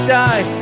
die